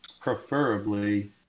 preferably